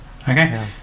Okay